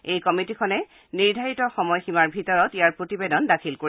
এই কমিটীখনে নিৰ্ধাৰিত সময়সীমাৰ ভিতৰত ইয়াৰ প্ৰতিবেদন দাখিল কৰিব